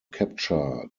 capture